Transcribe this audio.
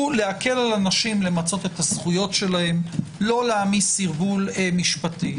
הוא להקל על אנשים למצות את זכויותיהם ולא להעמיס סרבול משפטי.